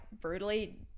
brutally